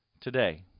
today